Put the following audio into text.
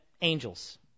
angels